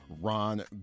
Ron